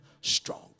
stronger